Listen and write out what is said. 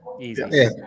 Easy